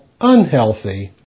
unhealthy